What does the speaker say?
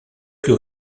plus